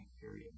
period